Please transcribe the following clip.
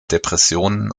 depressionen